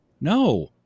no